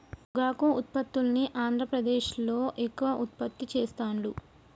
పొగాకు ఉత్పత్తుల్ని ఆంద్రప్రదేశ్లో ఎక్కువ ఉత్పత్తి చెస్తాండ్లు